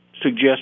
suggest